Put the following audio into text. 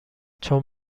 چون